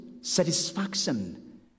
satisfaction